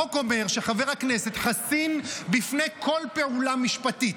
החוק אומר שחבר הכנסת חסין בפני כל פעולה משפטית.